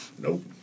Nope